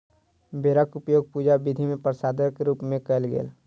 बेरक उपयोग पूजा विधि मे प्रसादक रूप मे कयल गेल